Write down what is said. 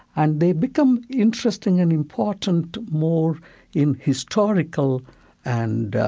and they become interesting and important more in historical and